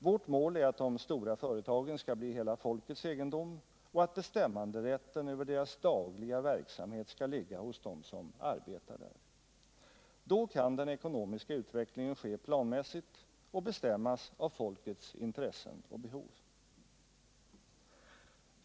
Vårt mål är att de stora företagen skall bli hela folkets egendom och att bestämmanderätten över deras dagliga verksamhet skall ligga hos dem som arbetar där. Då kan den ekonomiska utvecklingen ske planmässigt och bestämmas av folkets intressen och behov.